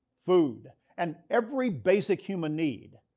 food, and every basic human need,